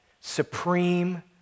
supreme